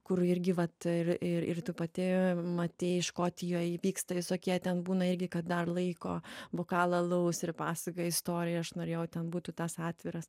kur irgi vat ir ir ir tu pati matei škotijoj vyksta visokie ten būna irgi kad dar laiko bokalą alaus ir pasakoja istoriją aš norėjau ten būtų tas atviras